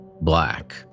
black